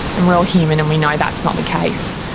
and we are all human and we know that's not the case.